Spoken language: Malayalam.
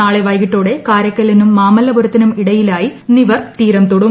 നാളെ വൈകിട്ടോടെ കാരയ്ക്കലിനും മാമല്ലപുരത്തിനും ഇടയിലായി നിവർ തീരം തൊടും